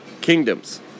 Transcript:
kingdoms